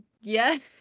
Yes